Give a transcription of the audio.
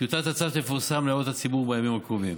טיוטת הצו תפורסם להערות הציבור בימים הקרובים.